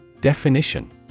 Definition